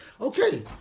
Okay